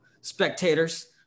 spectators